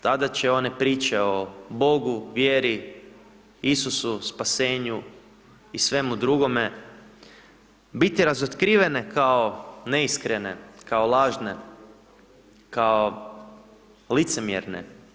Tada će one priče o Bogu, vjeri, Isusu, spasenju i svemu drugome biti razotkrivene kao neiskrene, kao lažne, kao licemjerne.